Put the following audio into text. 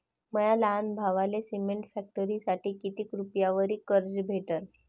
माया लहान भावाले सिमेंट फॅक्टरीसाठी कितीक रुपयावरी कर्ज भेटनं?